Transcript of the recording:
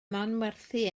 manwerthu